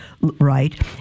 right